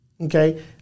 Okay